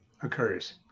occurs